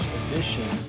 edition